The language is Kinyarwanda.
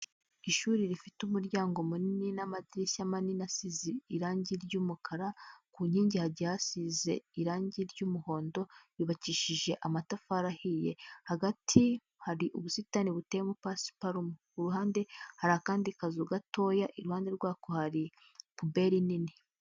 Ishuri rifite umuryango munini n'amadirishya manini asize irangi ry'umukara, ku nkingi hagiye hasize irangi ry'umuhondo, yubakishije amatafari ahiye, hagati hari ubusitani buteye pasiparume, ku ruhande hari akandi kazu gatoya, iruhande rwako hari puberi nini.